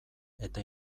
eta